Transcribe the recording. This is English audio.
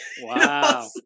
wow